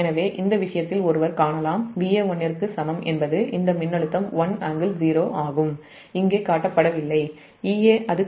எனவே இந்த விஷயத்தில் ஒருவர் காணலாம் Va1 இதற்கு சமம் என்பது இந்த மின்னழுத்தம் 1∟0 ஆகும் இங்கே Ea காட்டப்படவில்லை Ea1∟00- j 16